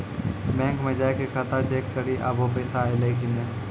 bank मे जाय के खाता चेक करी आभो पैसा अयलौं कि नै